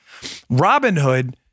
Robinhood